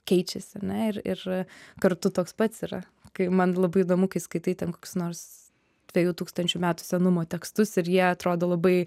keičiasi na ir ir kartu toks pats yra kai man labai įdomu kai skaitai ten koks nors dviejų tūkstančių metų senumo tekstus ir jie atrodo labai